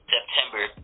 September